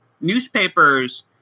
newspapers